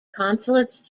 consulates